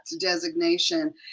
designation